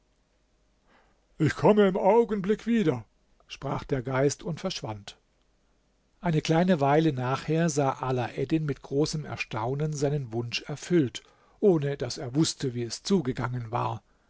ich komme im augenblick wieder sprach der geist und verschwand eine kleine weile nachher sah alaeddin mit großem erstaunen seinen wunsch erfüllt ohne daß er wußte wie es zugegangen war